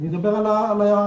אני מדבר על העיקרון,